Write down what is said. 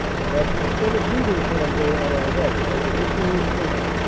and thus, instead of leaving cambrai on our right, as originally intended,